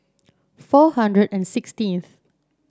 four hundred and sixteenth